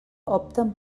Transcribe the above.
opten